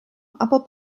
aber